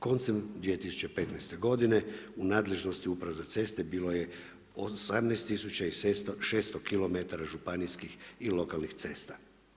Koncem 2015. godine u nadležnosti Uprave se ceste bilo je 18600 km županijskih i lokalnih cesta.